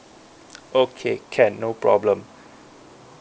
okay can no problem